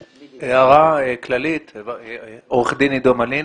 אני עורך דין עדו מלין,